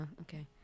okay